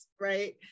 Right